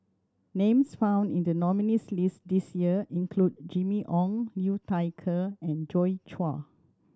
names found in the nominees' list this year include Jimmy Ong Liu Thai Ker and Joi Chua